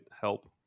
help